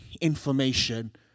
information